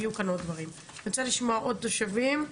אני רוצה לשמוע עוד תושבים.